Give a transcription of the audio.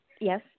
yes